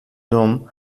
dom